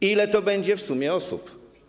Ile to będzie w sumie osób?